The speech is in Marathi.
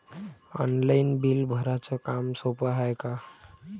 ऑनलाईन बिल भराच काम सोपं हाय का?